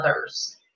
others